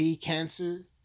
cancer